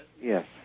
Yes